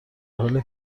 حال